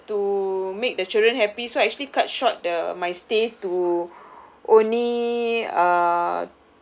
to make the children happy so actually cut short the my stay to only uh